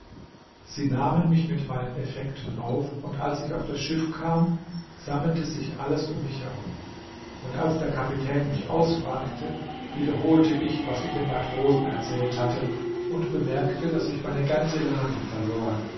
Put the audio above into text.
sie nahmen mich mit meinen effekten auf und als ich auf das schiff kam sammelte sich alles um mich herum und als der kapitän mich ausfragte wiederholte ich was ich den matrosen erzählt hatte und bemerkte daß ich meine ganze ladung verloren